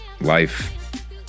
life